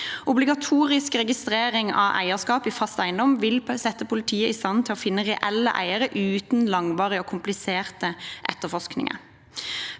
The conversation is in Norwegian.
Obligatorisk registrering av eierskap i fast eiendom vil sette politiet i stand til å finne reelle eiere uten langvarige og kompliserte etterforskninger.